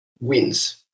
wins